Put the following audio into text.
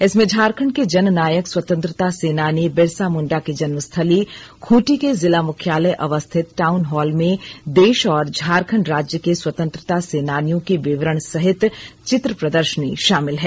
इसमें झारखंड के जननायक स्वतंत्रता सेनानी बिरसा मुंडा की जन्मस्थली खूंटी के जिला मुख्यालय अवस्थित टाउन हॉल में देश और झारखंड राज्य के स्वतंत्रता सेनानियों के विवरण सहित चित्र प्रदर्शनी शामिल है